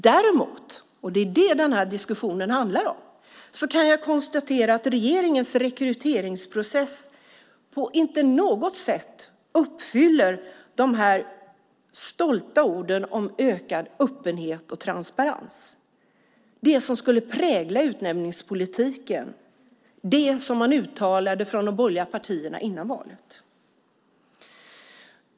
Däremot, och det är detta som den här diskussionen handlar om, kan jag konstatera att regeringens rekryteringsprocess inte på något sätt uppfyller de stolta orden om ökad öppenhet och transparens - det som skulle prägla utnämningspolitiken, det som man uttalade från de borgerliga partierna före valet.